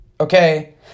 Okay